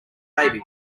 baby